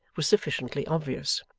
was sufficiently obvious.